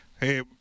Hey